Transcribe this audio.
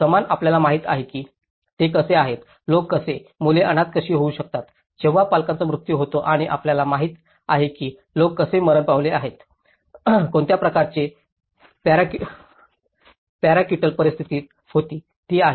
सामान आपल्याला माहिती आहे की ते कसे आहेत लोक कसे मुले अनाथ कशी होऊ शकतात जेव्हा पालकांचा मृत्यू होतो आणि आपल्याला माहित आहे की लोक कसे मरण पावले आहेत कोणत्या प्रकारचे पॅराकीटची परिस्थिती होती ती आहे